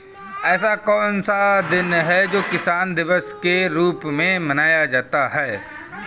ऐसा कौन सा दिन है जो किसान दिवस के रूप में मनाया जाता है?